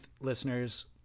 listeners